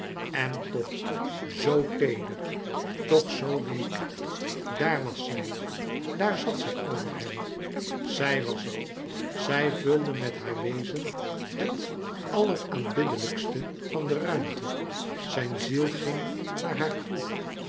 en toch zo teeder toch zoo week daar was zij daar zat zij over hem zij was het zij vulde met haar wezen het alleraanbiddelijkste van de ruimte zijn ziel ging naar haar toe